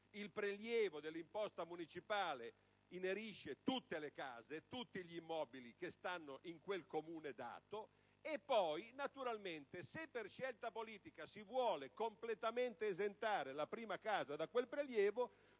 Il prelievo dell'imposta municipale inerisce a tutte le case, a tutti gli immobili che stanno in quel dato Comune: poi, naturalmente, se per scelta politica si vuole completamente esentare la prima casa da quel prelievo,